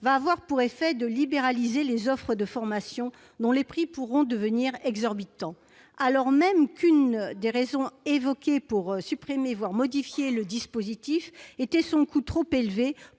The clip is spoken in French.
évidemment pour effet de libéraliser les offres de formation, dont les prix pourront devenir exorbitants, ... Pourquoi ?... alors même que l'une des raisons évoquées pour supprimer ou modifier le dispositif était son coût trop élevé